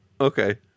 okay